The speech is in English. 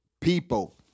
people